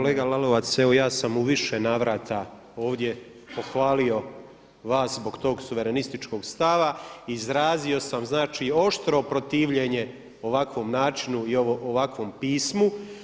Pa kolega Lalovac, evo ja sam u više navrata ovdje pohvalio vas zbog tog suverenističkog stava, izrazio sam znači oštro protivljenje ovakvom načinu i ovakvom pismu.